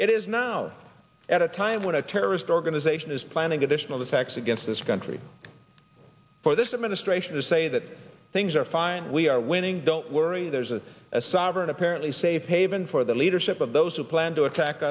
it is now at a time when a terrorist organization is planning additional effects against this country for this administration to say that things are fine we are winning don't worry there's a sovereign apparently safe haven for the leadership of those who planned to attack